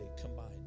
combined